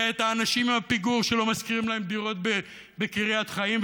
ואת האנשים עם הפיגור שלא משכירים להם דירות בקריית חיים,